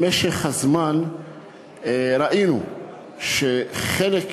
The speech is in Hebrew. במשך הזמן ראינו שחלק מהאסירים,